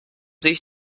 sich